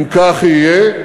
אם כך יהיה,